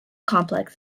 complex